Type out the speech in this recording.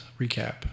Recap